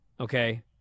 Okay